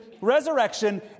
resurrection